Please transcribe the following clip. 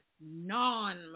non